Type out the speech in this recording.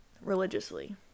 religiously